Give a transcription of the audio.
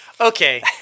Okay